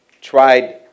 tried